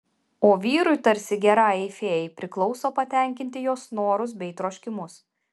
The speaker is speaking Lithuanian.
o vyrui tarsi gerajai fėjai priklauso patenkinti jos norus bei troškimus